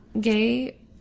gay